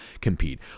compete